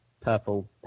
purple